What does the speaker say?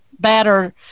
batter